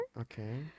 Okay